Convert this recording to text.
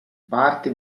parte